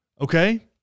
Okay